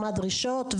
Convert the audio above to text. מה הדרישות.